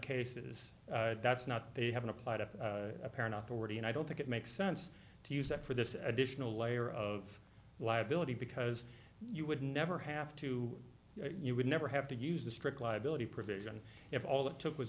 cases that's not they haven't applied a parent authority and i don't think it makes sense to use that for this additional layer of liability because you would never have to you would never have to use the strict liability provision if all it took was